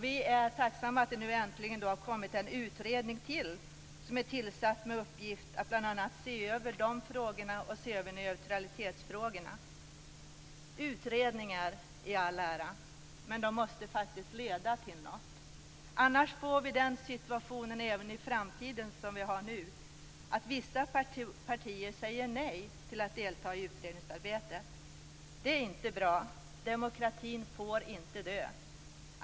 Vi är tacksamma att det äntligen tillsatts ännu en utredning, som är tillsatt med uppgift att bl.a. se över de här frågorna och neutralitetsfrågorna. Utredningar i all ära - men de måste leda till något. Annars får vi den situationen som vi har nu även i framtiden, nämligen att vissa partier säger nej till att delta i utredningsarbeten. Det är inte bra. Demokratin får inte dö.